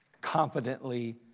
confidently